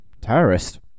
terrorist